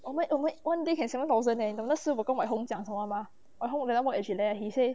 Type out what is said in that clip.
我们我们 one day can seven thousand eh 你懂那时我跟 wai hong 讲什么吗 I hope I never work eh geraldine there he say